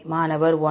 மாணவர் 1 M